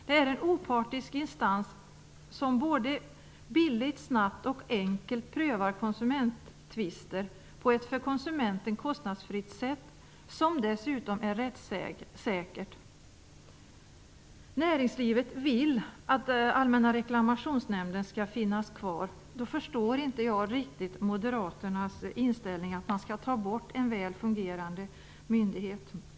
Det är en opartisk instans som billigt, snabbt och enkelt prövar konsumenttvister på ett för konsumenten kostnadsfritt och dessutom rättssäkert sätt. Näringslivet vill att Allmänna reklamationsnämnden skall finnas kvar. Jag förstår inte riktigt moderaternas inställning: Skall man ta bort en väl fungerande verksamhet?